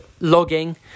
logging